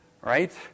right